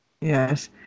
Yes